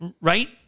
right